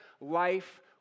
life